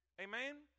Amen